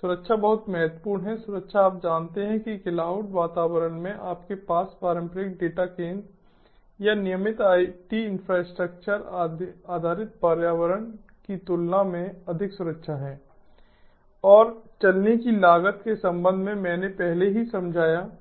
सुरक्षा बहुत महत्वपूर्ण है सुरक्षा आप जानते हैं कि क्लाउड वातावरण में आपके पास पारंपरिक डेटा केंद्र या नियमित आईटी इंफ्रास्ट्रक्चर आधारित पर्यावरण की तुलना में अधिक सुरक्षा है और चलने की लागत के संबंध में मैंने पहले ही समझाया है